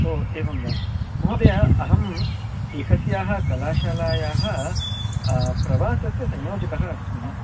ओ एवं वा महोदय अहम् एकस्याः कलाशालायाः प्रवासस्य संयोजकः अस्मि